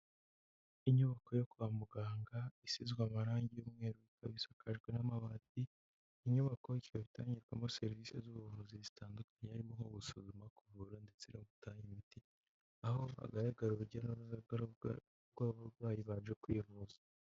Inyubako yo kwa muganga, isizwe amarangi y'umweru, isakajwe n'amabati inyubako itangirwajwemo serivisi z'ubuvuzi zitandukanye, harimo nko gusuzuma kuvura ndetse no gutanga imiti, aho hagaragara urujya n'uruza rw'abarwayi baje kwivuza.